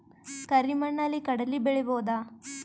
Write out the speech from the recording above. ಕರಿ ಮಣ್ಣಲಿ ಕಡಲಿ ಬೆಳಿ ಬೋದ?